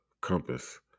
compass